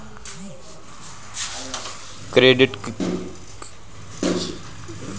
किसान credit card के आवेदन कईसे होई तनि बताई?